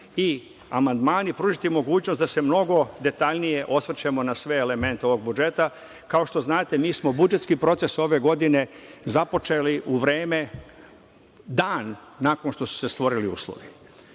i amandmani pružiti mogućnost da se mnogo detaljnije osvrćemo na sve elemente ovog budžeta. Kao što znate, mi smo budžetski proces ove godine započeli u vreme, dan nakon što su se stvorili uslovi.